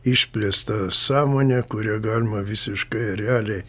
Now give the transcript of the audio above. išplėsta sąmone kuria galima visiškai realiai